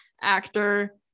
actor